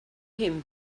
him